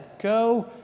Go